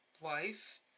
wife